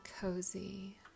cozy